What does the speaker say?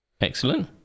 Excellent